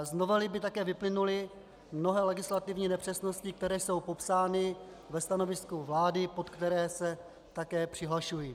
Z novely by také vyplynuly mnohé legislativní nepřesnosti, které jsou popsány ve stanovisku vlády, pod které se také přihlašuji.